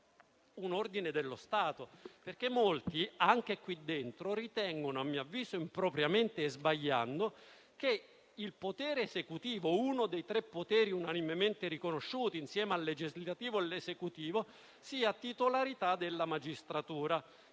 un ordine dello Stato, perché molti, anche qui dentro, ritengono, a mio avviso impropriamente e sbagliando, che il potere esecutivo, uno dei tre poteri unanimemente riconosciuti (insieme al legislativo e al giudiziario), sia titolarità della magistratura.